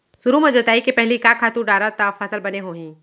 सुरु म जोताई के पहिली का खातू डारव त फसल बने होही?